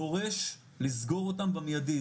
דורש לסגור אותם במיידי,